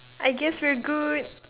I guess we're good